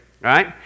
right